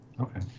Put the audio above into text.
Okay